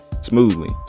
smoothly